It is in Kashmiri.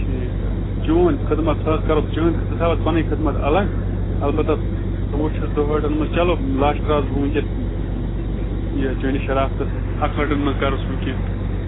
ٹھیٖک چون خدمت سُہ حظ کَرو چٲنۍ خدمت ژٕ تھاو حظ پَنٕنۍ خدمَت الگ البتہ وُچھ حظ دُہٲٹھَن منٛز چلو لچھ تراوس بہٕ ونکٮ۪س یہِ چٲنِس شرافتَس اَکہٲٹَن منٛز کَرُس ونۍ کینٛہہ تہٕ